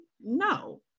no